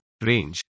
range